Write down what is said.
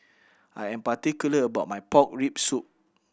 I am particular about my pork rib soup